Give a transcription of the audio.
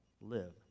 live